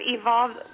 evolved